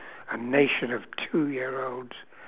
a nation of two year olds